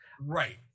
Right